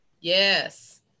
Yes